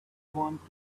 want